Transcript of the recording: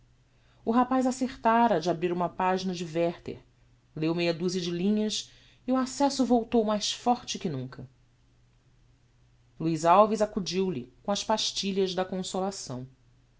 o rapaz acertara de abrir uma pagina de werther leu meia duzia de linhas e o accesso voltou mais forte que nunca luiz alves acudiu-lhe com as pastilhas da consolação